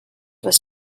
was